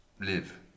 live